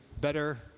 Better